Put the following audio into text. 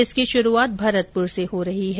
इसकी शुरूआत भरतपुर से हो रही है